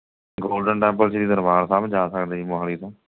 golden Temple Shri Darbar Sahib ਜਾ ਸਕਦੇ ਜੀ ਮੋਹਾਲੀ ਤੋਂ